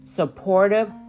supportive